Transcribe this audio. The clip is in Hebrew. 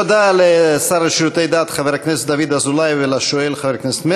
תודה לשר לשירותי דת חבר הכנסת דוד אזולאי ולשואל חבר הכנסת מרגי.